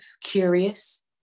curious